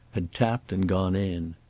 had tapped and gone in.